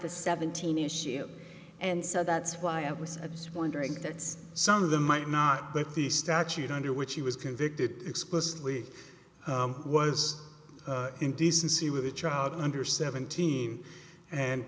the seventeen issue and so that's why i was just wondering if that's some of them might not but the statute under which she was convicted explicitly was indecency with a child under seventeen and